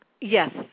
Yes